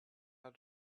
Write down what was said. out